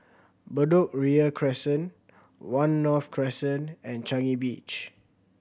Bedok Ria Crescent One North Crescent and Changi Beach